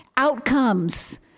Outcomes